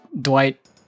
Dwight